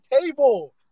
table